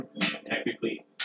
Technically